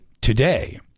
today